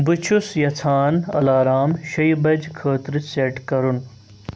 بہٕ چھُس یژھان الارام شییہِ بجہِ خٲطرٕ سٮ۪ٹ کرُن